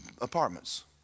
Apartments